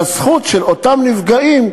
והזכות של אותם נפגעים,